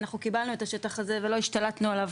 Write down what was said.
אנחנו קיבלנו את השטח הזה ולא השתלטנו עליו,